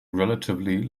relatively